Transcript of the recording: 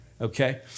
okay